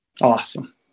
Awesome